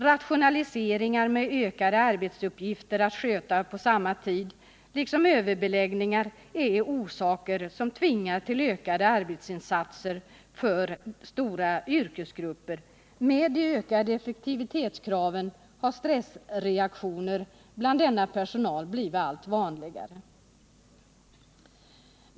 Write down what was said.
Rationaliseringar, som innebär att ökade arbetsuppgifter måste skötas på samma tid, liksom överbeläggningar är orsaker som tvingar till ökade arbetsinsatser för stora yrkesgrupper. Med de ökade effektivitetskraven har stressreaktioner bland denna personal blivit allt vanligare.